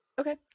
Okay